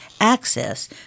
access